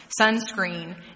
sunscreen